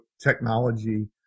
technology